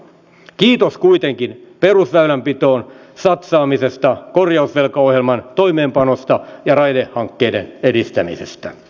kiitos kuitenkin perusväylänpitoon satsaamisesta korjausvelkaohjelman toimeenpanosta ja raidehankkeiden edistämisestä